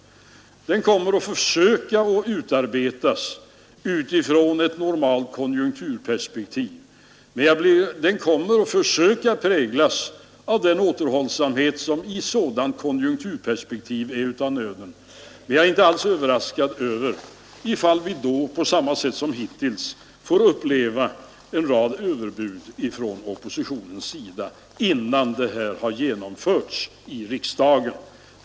Vi skall försöka utarbeta den utifrån ett normalt konjunkturperspektiv och försöka se till att den präglas av den återhållsamhet som i ett sådant konjunkturperspektiv är av nöden. Men jag blir inte alls överraskad om vi på samma sätt som hittills får uppleva en rad överbud från oppositionens sida innan detta har genomförts i riksdagen.